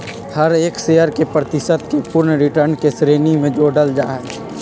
हर एक शेयर के प्रतिशत के पूर्ण रिटर्न के श्रेणी में जोडल जाहई